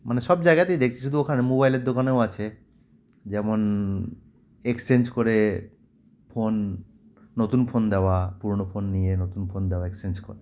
মানে সব জায়গাতেই দেখছি শুধু ওখানে না মোবাইলের দোকানেও আছে যেমন এক্সচেঞ্জ করে ফোন নতুন ফোন দেওয়া পুরনো ফোন নিয়ে নতুন ফোন দেওয়া এক্সচেঞ্জ করে